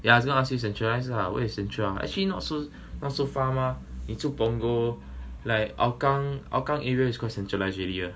yeah I was gonna ask you centralise ah where is central ah actually not so not so far mah 你住 punggol like hougang hougang area is quite centralised already ah